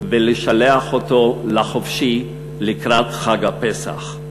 ולשלח אותו לחופשי לקראת חג הפסח.